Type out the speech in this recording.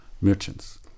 merchants